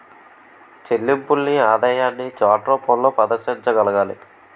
చెల్లింపుల్ని ఆదాయాన్ని చార్ట్ రూపంలో ప్రదర్శించగలగాలి